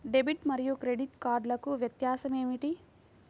Debit మరియు credit కార్డ్లకు వ్యత్యాసమేమిటీ?